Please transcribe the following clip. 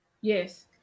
Yes